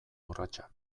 urratsa